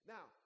Now